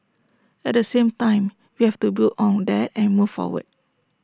at the same time we have to build on that and move forward